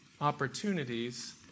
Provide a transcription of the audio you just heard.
opportunities